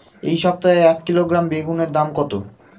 এই সপ্তাহে এক কিলোগ্রাম বেগুন এর দাম কত?